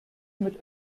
mit